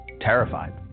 terrified